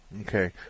Okay